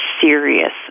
serious